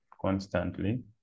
constantly